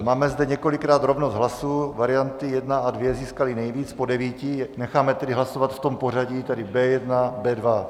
Máme zde několikrát rovnost hlasů, varianty 1 a 2 získaly nejvíc, po devíti, necháme tedy hlasovat v tom pořadí, tedy B1, B2.